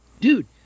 dude